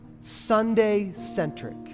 Sunday-centric